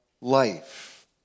life